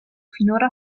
finora